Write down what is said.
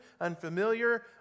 unfamiliar